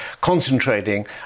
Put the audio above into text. concentrating